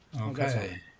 Okay